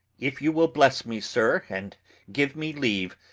if you will bless me, sir, and give me leave,